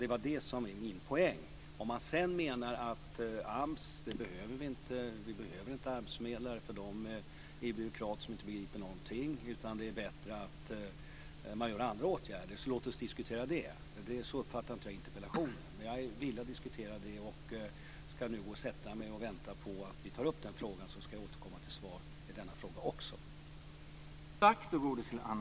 Det är det som är min poäng. Om man sedan menar att vi inte behöver AMS och att vi inte behöver arbetsförmedlare för att de är byråkrater som inte begriper någonting och att det är bättre att vi vidtar andra åtgärder - låt oss då diskutera det. Men så uppfattar jag inte interpellationen. Jag är dock villig att diskutera det, och jag ska nu gå och sätta mig och vänta på att den frågan tas upp och ska återkomma med svar även i den.